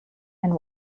and